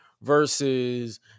versus